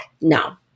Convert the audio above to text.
no